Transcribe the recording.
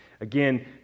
Again